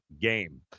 game